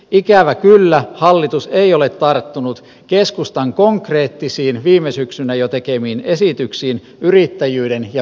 ikävä kyllä hallitus ei ole tarttunut keskustan konkreettisiin jo viime syksynä tekemiin esityksiin yrittäjyyden ja viennin edistämiseksi